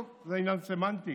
טוב, זה עניין סמנטי.